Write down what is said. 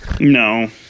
No